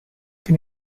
can